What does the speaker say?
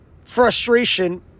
frustration